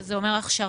שזה אומר הכשרה